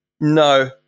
No